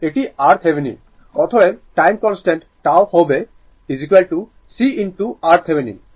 এটি RThevenin অতএব time constant τ হবে c R Thevenin